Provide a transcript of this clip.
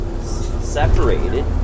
separated